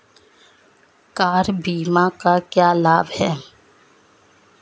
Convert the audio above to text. Car बीमा का क्या लाभ है?